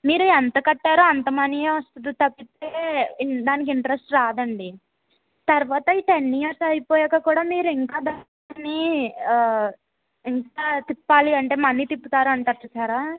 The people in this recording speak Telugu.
మీరు ఎంత కట్టారో అంత మనీయే వస్తుంది తప్పితే దానికి ఇంట్రెస్ట్ రాదండి తర్వాత ఈ టెన్ ఇయర్స్ అయిపోయాక కూడా మీరు ఇంకా దానిని ఆ ఇంకా తిప్పాలి అంటే మని తిప్పుతారు అంటారు చూసారా